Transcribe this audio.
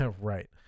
Right